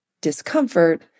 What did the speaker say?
discomfort